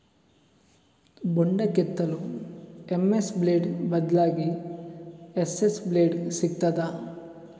ಬೊಂಡ ಕೆತ್ತಲು MS blade ಬದ್ಲಾಗಿ ಎಸ್.ಎಸ್ ಬ್ಲೇಡ್ ಸಿಕ್ತಾದ?